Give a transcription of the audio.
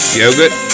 yogurt